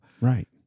right